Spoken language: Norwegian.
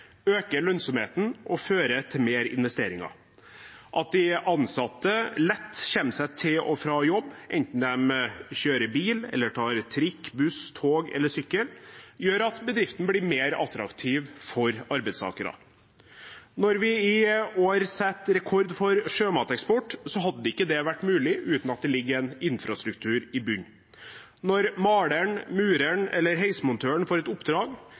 øker lønnsomheten og fører til mer investeringer. Det at ansatte lett kommer seg til og fra jobb, enten de kjører bil, tar trikk, buss, tog eller sykkel, gjør at bedriften blir mer attraktiv for arbeidstakere. Når vi i år setter rekord for sjømateksport, hadde ikke det vært mulig uten at det ligger en infrastruktur i bunnen. Når maleren, mureren eller heismontøren får et oppdrag,